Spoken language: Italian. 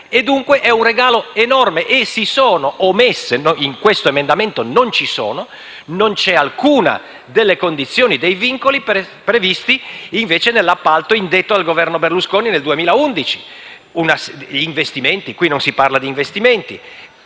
Dunque, è un regalo enorme. Ci sono delle omissioni in quanto in questo emendamento non c'è alcuna delle condizioni né i vincoli previsti, invece, nell'appalto indetto dal Governo Berlusconi nel 2011. Qui non si parla di investimenti.